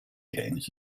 games